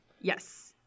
yes